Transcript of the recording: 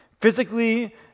Physically